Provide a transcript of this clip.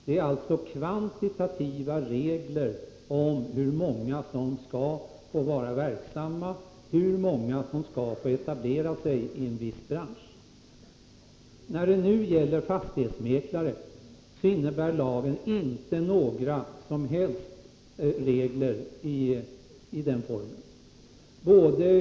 Det är alltså kvantitativa regler om hur många som skall få vara verksamma, hur många som skall få etablera sig i en bransch. När det nu gäller fastighetsmäklare, innebär lagen inte några som helst regler i det avseendet.